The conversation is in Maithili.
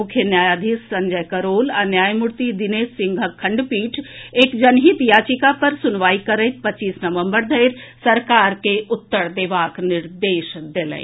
मुख्य न्यायाधीश संजय करोल आ न्यायमूर्ति दिनेश सिंहक खंडपीठ एक जनहित याचिका पर सुनवाई करैत पच्चीस नवम्बर धरि सरकार के उत्तर देबाक निर्देश देलनि